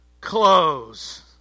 close